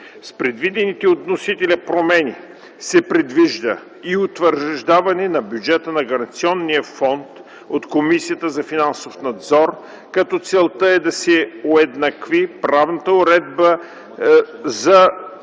С предвидените от вносителя промени се предвижда и утвърждаване на бюджета на Гаранционния фонд от Комисията за финансов надзор, като целта е да се уеднакви правната уредба на